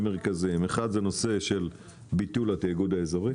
האחד הוא נושא של ביטול התאגוד האזורי